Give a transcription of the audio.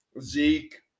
zeke